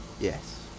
Yes